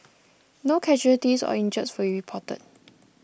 no casualties or injuries were reported